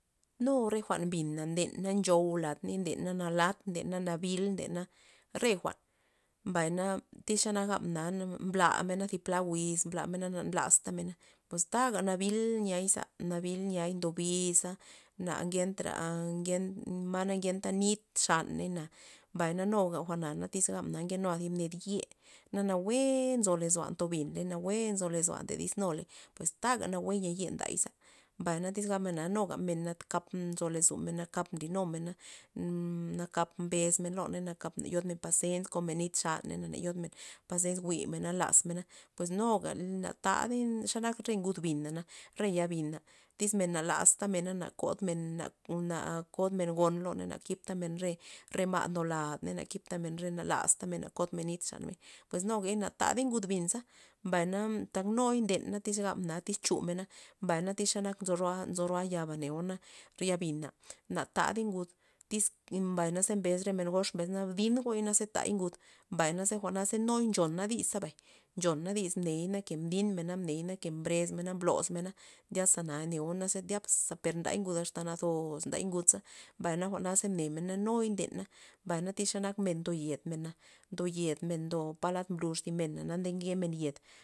Nu re jwa'n bina ndena nxou ladney ndena nalat ndena nabil ndena re jwa'n, mbayna tyz xe gabna na na mblamena thi pla wiz mblamena na nlastamena pues taga nabil niay nabil niay ndobiza na ngentra ngentra ma na ngenta nit xaneyna mbay na nuga jwa'na tyz gabmen na nke nu thib ned ye na nawue nzoloa' ntobinley nawue nzoloa' ndo disnuley pues taga nawue nya ye nday za mbay tyz gabmen na nuga nakap nzo lozomen nakap nlinumena nakap mbesmen loney nakap na yodmen pazens komen nit xaney na nayodmen pazens jwi'mena lazmena pues nuga na tadey xanak re ngud bina na re ya bina tyz men na lastamena na kodmen na a kodmen gon loney na kiptamen re re ma' ndo ladney na kiptamen na laztamena na kodmen nit xaney pues nuga na tadey ngud binza mbay tud ndena xenak na tyz chumena mbay tyz xenak nzo roa' nzo ro ya'ba neo re ya'bina na tadey ngud tyz mbay na ze mbes re men gox dingoy naze tay ngud mbay naze jwa'na nuy nchon ncho dis zebay nchona dis iz mney ke mbinmena mney ke mbresmena mblosmena tyaza neo ze zyasa nda ngud nazos nday ngudza mbay na ze jwa'na mnem nuy ndena mbay tyz xanak men ndo yet mena ndo yedmen palad mblux thi mena na nkemen yed.